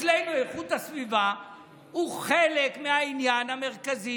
אצלנו איכות הסביבה היא חלק מהעניין המרכזי,